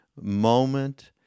moment